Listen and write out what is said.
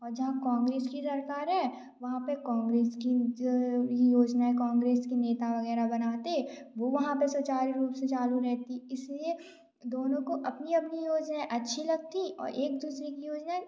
और जहाँ कॉन्ग्रेस की सरकार है वहाँ पर कॉन्ग्रेस की जो योजनाऍं कॉन्ग्रेस के नेता वग़ैरह बनाते वाे वहाँ पर सुचारू रूप से चालू रहती इस लिए दोनों को अपनी अपनी योजनाऍं अच्छी लगती और एक दूसरे की योजनाऍं